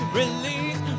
release